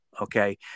Okay